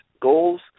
Goals